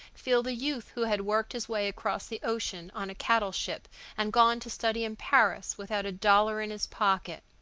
feel the youth who had worked his way across the ocean on a cattle-ship and gone to study in paris without a dollar in his pocket.